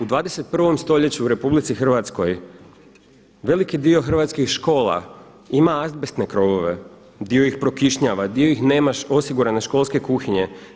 U 21. st. u RH veliki dio hrvatskih škola ima azbestne krovove, dio ih prokišnjava, dio ih nema osigurane školske kuhinje.